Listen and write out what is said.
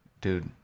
Dude